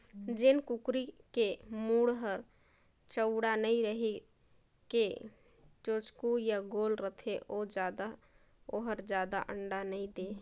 जेन कुकरी के मूढ़ हर चउड़ा नइ रहि के चोचकू य गोल रथे ओ हर जादा अंडा नइ दे